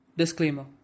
Disclaimer